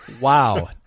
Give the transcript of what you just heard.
Wow